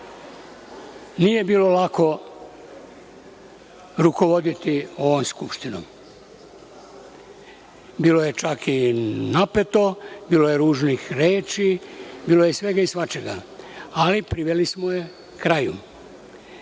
rada. Nije bilo lako rukovoditi ovom Skupštinom. Bilo je čak i napeto, bilo je ružnih reči, bilo je svega i svačega, ali priveli smo je